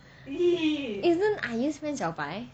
isn't 阿姨 friend 小白